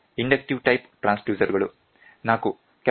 inductive type transducer ಗಳು 4